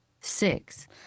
six